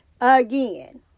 Again